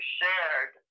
shared